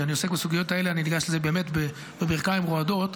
כשאני עוסק בסוגיות האלה אני ניגש לזה באמת בברכיים רועדות,